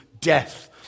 death